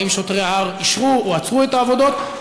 האם שוטרי ההר אישרו או עצרו את העבודות?